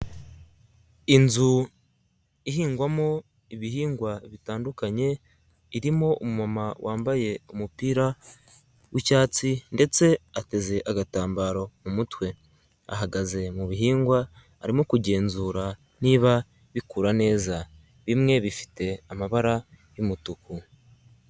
Inzu ihingwamo ibihingwa bitandukanye, irimo umu mama wambaye umupira w'icyatsi ndetse ateze agatambaro mu umutwe, ahagaze mu bihingwa arimo kugenzura niba bikura neza ,bimwe bifite amabara y'umutuku.